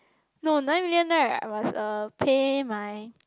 no nine million right I must uh pay my